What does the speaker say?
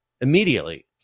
immediately